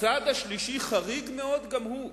הצעד השלישי, חריג מאוד גם הוא,